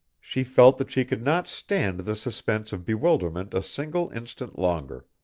she felt that she could not stand the suspense of bewilderment a single instant longer.